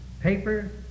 paper